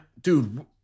Dude